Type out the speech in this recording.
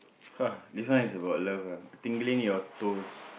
this one is about love ah tingling your toes